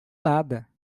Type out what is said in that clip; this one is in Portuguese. nada